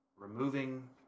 Removing